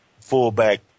fullback